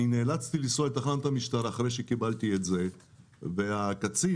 נאלצתי לנסוע לתחנת המשטרה אחרי שקיבלתי את כפל הקנס,